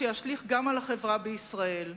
שישליך גם על החברה בישראל,